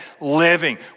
living